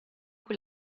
cui